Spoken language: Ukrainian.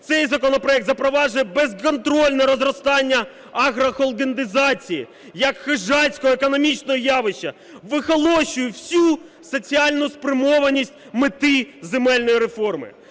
цей законопроект запроваджує безконтрольне розростання агрохолдинтизації як хижацького економічного явища, вихолощує всю соціальну спрямованість мети земельної реформи.